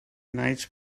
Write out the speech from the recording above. nice